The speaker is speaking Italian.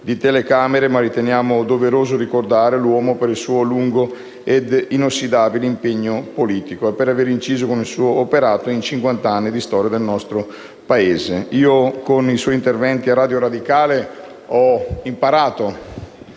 di telecamere, ma riteniamo doveroso ricordare l'uomo per il suo lungo ed inossidabile impegno politico e per avere inciso con il suo operato in cinquant'anni di storia il nostro Paese. Io, con i suoi interventi a radio radicale, ho imparato